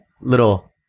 little